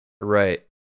Right